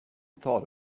thought